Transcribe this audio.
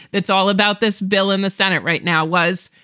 that's all about this bill in the senate right now was.